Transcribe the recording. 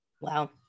Wow